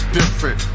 different